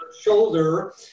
Shoulder